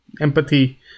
empathy